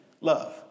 love